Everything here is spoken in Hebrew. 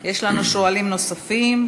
יש לנו שואלים נוספים.